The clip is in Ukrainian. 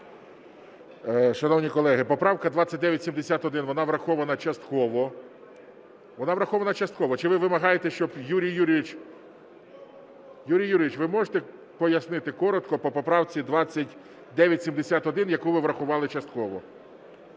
врахована частково. Вона врахована частково. Чи ви вимагаєте, щоб Юрій Юрійович… Юрій Юрійович, ви можете пояснити коротко по поправці 2971, яку ви врахували частково?